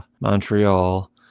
Montreal